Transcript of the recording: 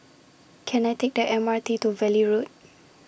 Can I Take The M R T to Valley Road